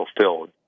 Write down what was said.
fulfilled